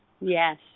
Yes